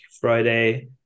Friday